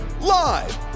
live